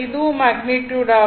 இதுவும் மேக்னிட்யுட் ஆகும்